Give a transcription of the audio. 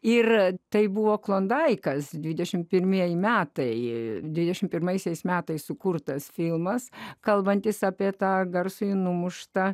ir tai buvo klondaikas dvidešimt pirmieji metai dvidešimt pirmaisiais metais sukurtas filmas kalbantis apie tą garsųjį numuštą